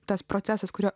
tas procesas kurio